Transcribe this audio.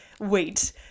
wait